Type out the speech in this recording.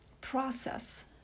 process